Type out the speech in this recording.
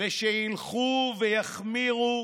ושילכו ויחמירו